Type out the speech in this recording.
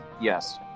Yes